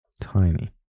Tiny